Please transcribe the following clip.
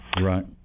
Right